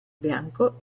bianco